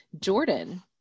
Jordan